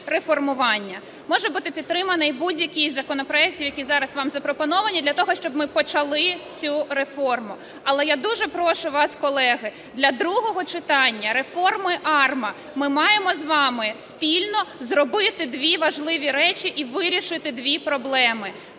реформування. Може бути підтриманий будь-який із законопроектів, які зараз вам запропоновані, для того, щоб ми почали цю реформу. Але я дуже прошу вас, колеги, для другого читання реформи АРМА ми маємо з вами спільно зробити дві важливі речі і вирішити дві проблеми.